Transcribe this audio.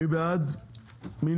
מי בעד ההסתייגויות?